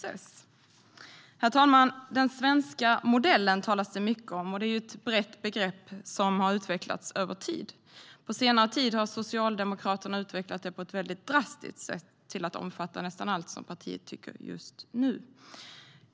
i EU? Det talas mycket om den svenska modellen. Det är ett brett begrepp som har utvecklats över tid. På senare tid har Socialdemokraterna utvecklat det på ett drastiskt sätt, till att omfatta nästan allt som partiet tycker just nu.